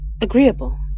agreeable